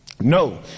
No